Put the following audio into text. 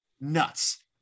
Nuts